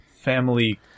Family